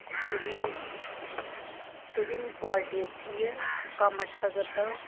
ओह्दी ओह्दी कवालिटी अच्छी ऐ कम्म अच्छा करदा ओह्